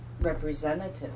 representative